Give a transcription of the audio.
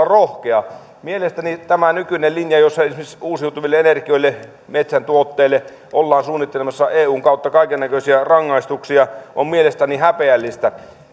rohkea mielestäni tämä nykyinen linja jossa esimerkiksi uusiutuville energioille metsän tuotteille ollaan suunnittelemassa eun kautta kaikenlaisia rangaistuksia on mielestäni häpeällistä